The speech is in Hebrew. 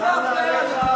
למה אתה לא עוזר לו?